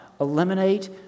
Eliminate